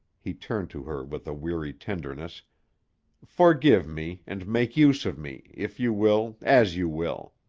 he turned to her with a weary tenderness forgive me and make use of me, if you will, as you will.